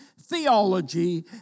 theology